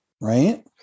right